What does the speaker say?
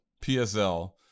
PSL